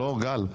לא, גל?